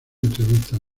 entrevistas